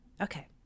Okay